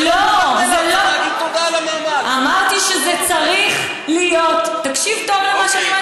חבר הכנסת קיש, אני מוכנה לחלק לך, למה לזלזל?